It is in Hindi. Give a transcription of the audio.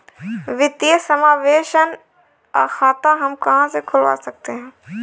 वित्तीय समावेशन खाता हम कहां से खुलवा सकते हैं?